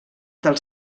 del